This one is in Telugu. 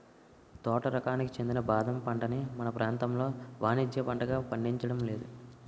తోట రకానికి చెందిన బాదం పంటని మన ప్రాంతంలో వానిజ్య పంటగా పండించడం లేదు